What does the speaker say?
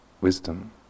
wisdom